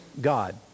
God